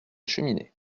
cheminée